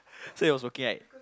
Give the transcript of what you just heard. so he was working right